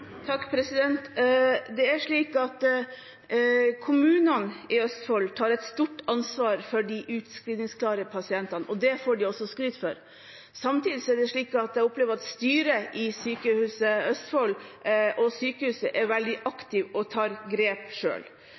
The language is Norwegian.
Kommunene i Østfold tar et stort ansvar for de utskrivningsklare pasientene, og det får de også skryt for. Samtidig opplever jeg at styret i Sykehuset Østfold og sykehuset er veldig aktive og tar grep